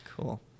cool